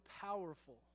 powerful